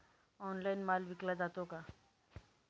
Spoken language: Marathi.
ऑनलाइन माल विकला जातो का?